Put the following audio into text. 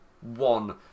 one